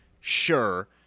sure